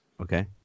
Okay